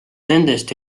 nendest